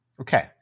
Okay